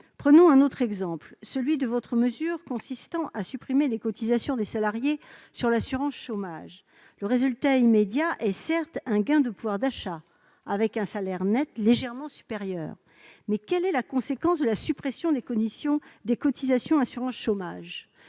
Prenons un autre exemple, celui de votre mesure visant à supprimer les cotisations des salariés pour l'assurance chômage. Certes, le résultat immédiat est un gain du pouvoir d'achat, avec un salaire net légèrement supérieur. Mais quelle est la conséquence de la suppression des cotisations d'assurance chômage ?